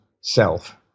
self –